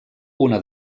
una